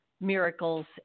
miracles